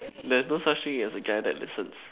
there's no such thing as a guy that listens